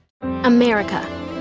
America